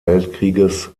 weltkrieges